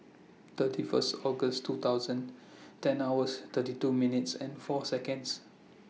thirty First August two thousand ten hours thirty two minutes and four Seconds